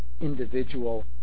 individual